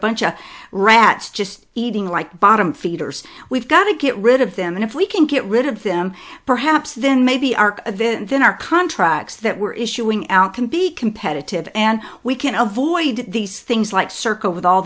bunch of rats just eating like bottom feeders we've got to get rid of them and if we can get rid of them perhaps then maybe our event then our contracts that we're issuing out can be competitive and we can avoid these things like circle with all